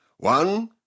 One